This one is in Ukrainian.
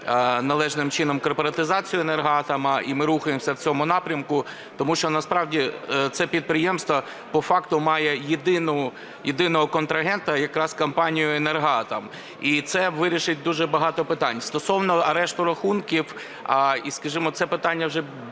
належним чином корпоратизацію Енергоатому, і ми рухаємося в цьому напрямку. Тому насправді це підприємство по факту має єдиного контрагента - якраз компанію "Енергоатом" і це вирішить дуже багато питань. Стосовно арешту рахунків, скажімо, це питання вже більше